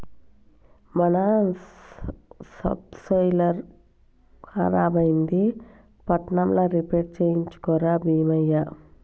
మన సబ్సోయిలర్ ఖరాబైంది పట్నంల రిపేర్ చేయించుక రా బీమయ్య